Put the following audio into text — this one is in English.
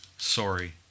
Sorry